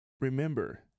Remember